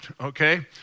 okay